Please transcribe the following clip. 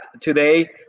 today